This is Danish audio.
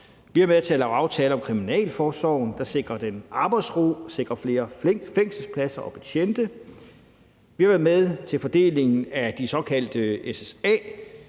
Vi har været med til at lave en aftale om kriminalforsorgen, der sikrer den arbejdsro og flere fængselspladser og -betjente. Vi har været med til fordelingen af de såkaldte